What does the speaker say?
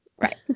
Right